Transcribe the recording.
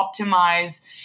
optimize